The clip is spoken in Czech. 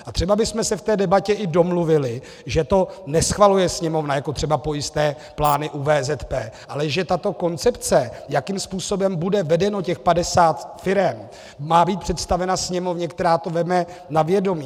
A třeba bychom se v té debatě i domluvili, že to neschvaluje Sněmovna jako třeba pojistné plány u VZP, ale že tato koncepce, jakým způsobem bude vedeno těch 50 firem, má být představena Sněmovně, která to vezme na vědomí.